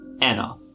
Anna